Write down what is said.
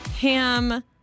ham